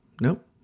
Nope